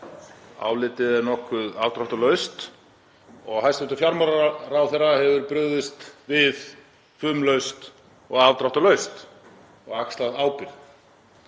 Álitið er nokkuð afdráttarlaust og hæstv. fjármálaráðherra hefur brugðist við fumlaust og afdráttarlaust og axlað ábyrgð.